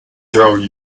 tell